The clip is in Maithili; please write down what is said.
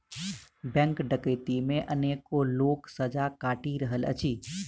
बैंक डकैती मे अनेको लोक सजा काटि रहल अछि